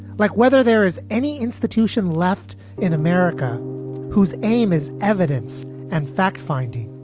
like whether there is any institution left in america whose aim is evidence and fact finding?